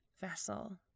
vessel